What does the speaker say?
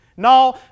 No